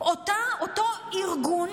אותו "ארגון",